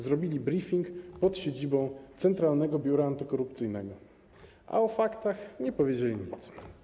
Zrobili briefing pod siedzibą Centralnego Biura Antykorupcyjnego, a o faktach nie powiedzieli nic.